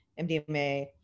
MDMA